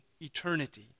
eternity